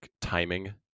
timing